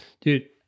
Dude